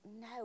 no